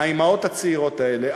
האימהות הצעירות האלה,